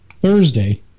thursday